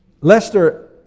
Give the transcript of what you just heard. Lester